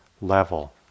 level